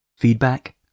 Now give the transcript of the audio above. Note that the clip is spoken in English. Feedback